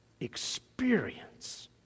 experience